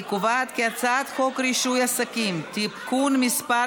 אני קובעת כי הצעת חוק רישוי עסקים (תיקון מס'